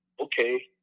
okay